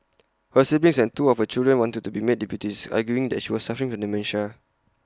her siblings and two of her children wanted to be made deputies arguing that she was suffering from dementia